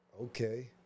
okay